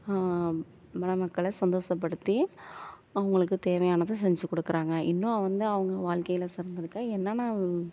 மணமக்களை சந்தோஷப்படுத்தி அவங்களுக்கு தேவையானதை செஞ்சுக் கொடுக்குறாங்க இன்னும் வந்து அவங்க வாழ்க்கையில சிறந்திருக்க என்னென்ன